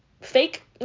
fake